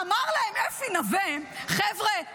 אמר להם אפי נוה: חבר'ה,